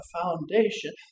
foundation